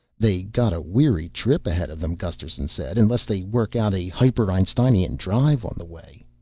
they got a weary trip ahead of them, gusterson said, unless they work out a hyper-einsteinian drive on the way.